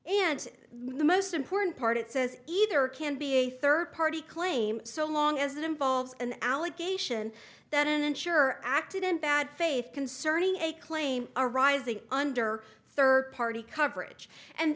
and the most important part it says either can be a third party claim so long as it involves an allegation that ensure acted in bad faith concerning a claim arising under third party coverage and